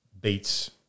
beats